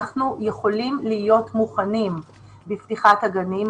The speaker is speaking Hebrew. אנחנו יכולים להיות מוכנים בפתיחת הגנים.